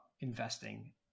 investing